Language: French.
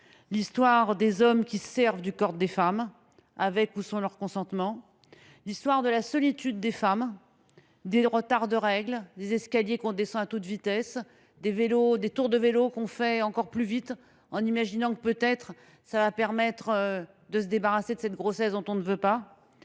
l’histoire d’hommes qui se servent du corps des femmes, avec ou sans leur consentement ; l’histoire de la solitude des femmes, des retards de règles, des escaliers que l’on descend à toute vitesse, ou encore des tours de vélos que l’on fait toujours plus vite, en imaginant qu’ils permettront de se débarrasser d’une grossesse dont on ne veut pas.